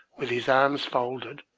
with his arms folded,